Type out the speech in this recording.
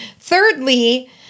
thirdly